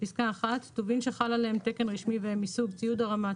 פסקה 1 "טובין שחל עליהם תקן רשמי והם מסוג ציוד הרמה,